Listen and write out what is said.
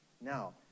Now